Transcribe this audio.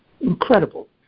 incredible